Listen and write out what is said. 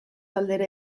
aldera